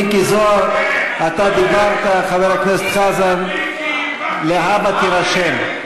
מיקי זוהר, אתה דיברת, חבר הכנסת חזן, להבא תירשם.